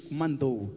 mandou